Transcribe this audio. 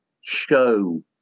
show